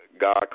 God